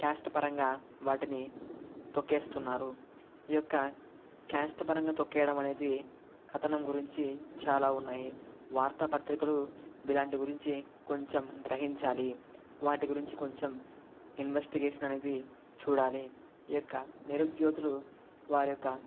caste పరంగా వాటిని తొక్కేస్తున్నారు ఈ యొక్క క్యాస్ట్ పరంగా తొక్కేయడం అనేది కథనం గురించి చాలా ఉన్నాయి వార్తా పత్రికలు ఇలాంటి గురించి కొంచెం గ్రహించాలి వాటి గురించి కొంచెం ఇన్వెస్టిగేషన్ అనేది చూడాలి ఈ యొక్క నిరుద్యోగులు వారి యొక్క